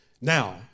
Now